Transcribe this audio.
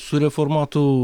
su reformatų